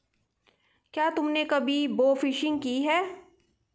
क्या तुमने कभी बोफिशिंग की है?